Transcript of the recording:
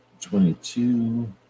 Twenty-two